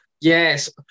Yes